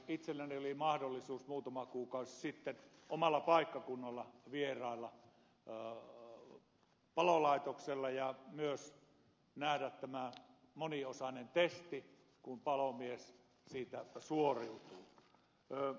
itselläni oli mahdollisuus muutama kuukausi sitten omalla paikkakunnallani vierailla palolaitoksella ja myös nähdä tämä moniosainen testi kun palomies siitä suoriutuu